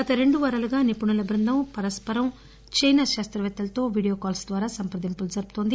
గత రెండు వారాలుగా నిపుణుల బృందం పరస్సరం చైనా శాస్తపేత్తలతో వీడియో కాల్స్ ద్వారా సంప్రదింపులు జరుపుతోంది